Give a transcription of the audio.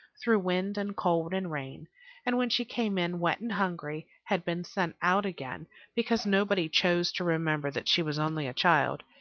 through wind and cold and rain and, when she came in wet and hungry, had been sent out again because nobody chose to remember that she was only a child,